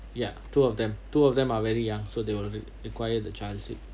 ya two of them two of them are very young so they will re~ require the child seat